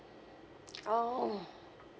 orh